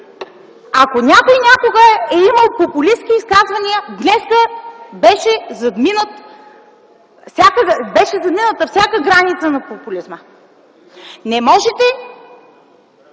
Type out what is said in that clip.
Ако някой някога е имал популистки изказвания, днес беше задмината всяка граница на популизма. Не можете